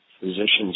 physicians